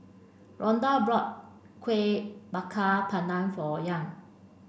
Rondal bought Kuih Bakar Pandan for Young